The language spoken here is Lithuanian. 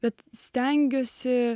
bet stengiuosi